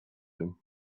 him